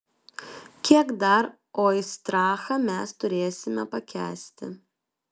kiek dar oistrachą mes turėsime pakęsti